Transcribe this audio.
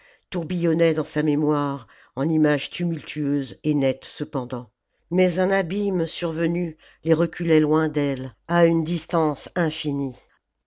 tourbillonnaient dans sa mémoire en images tumultueuses et nettes cependant mais un abîme survenu les reculait loin d'elle à une distance infinie